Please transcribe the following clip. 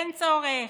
אין צורך.